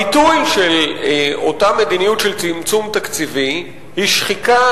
הביטוי של אותה מדיניות של צמצום תקציבי הוא שחיקה